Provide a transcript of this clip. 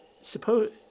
suppose